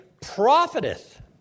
profiteth